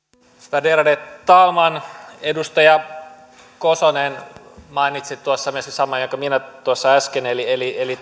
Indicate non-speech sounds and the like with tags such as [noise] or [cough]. värderade talman edustaja kosonen mainitsi tuossa myöskin saman jonka minä tuossa äsken eli eli [unintelligible]